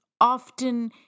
often